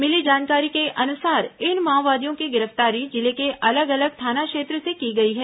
मिली जानकारी के अनुसार इन माओवादियों की गिरफ्तारी जिले के अलग अलग थाना क्षेत्र से की गई है